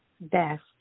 best